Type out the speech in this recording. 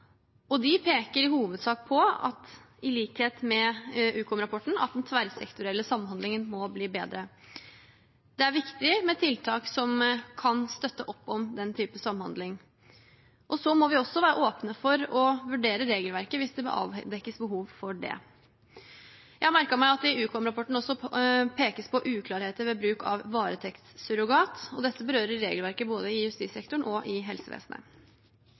og de peker i hovedsak på – i likhet med Ukom-rapporten – at den tverrsektorielle samhandlingen må bli bedre. Det er viktig med tiltak som kan støtte opp om den type samhandling, og så må vi også være åpne for å vurdere regelverket hvis det avdekkes behov for det. Jeg har merket meg at det i Ukom-rapporten også pekes på uklarheter ved bruk av varetektssurrogat, og dette berører regelverket både i justissektoren og i helsevesenet.